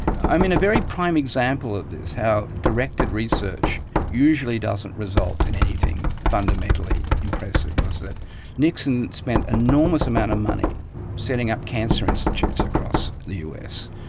i mean, a very prime example of this, how directed research usually doesn't result in anything fundamentally impressive, was that nixon spent an enormous amount of money setting up cancer institutes across the us.